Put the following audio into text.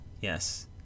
Yes